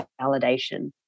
validation